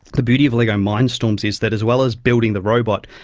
the beauty of lego mindstorms is that as well as building the robot,